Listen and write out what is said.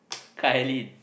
Kai-Lin